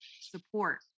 support